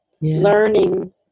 Learning